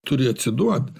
turi atsiduot